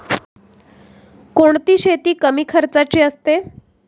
कोणती शेती कमी खर्चाची असते?